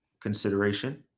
consideration